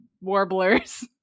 warblers